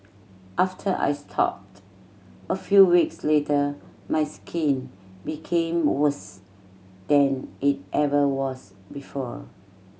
after I stopped a few weeks later my skin became worse than it ever was before